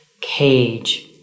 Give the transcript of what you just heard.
cage